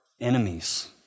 enemies